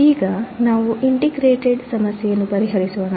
ಈಗ ನಾವು ಇಂಟಿಗ್ರೇಟೆಡ್ ಸಮಸ್ಯೆಯನ್ನು ಪರಿಹರಿಸೋಣ